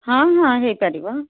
ହଁ ହଁ ହେଇପାରିବ